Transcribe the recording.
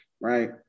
right